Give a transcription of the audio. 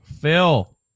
Phil